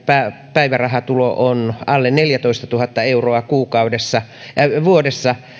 päivärahatulo on alle neljätoistatuhatta euroa vuodessa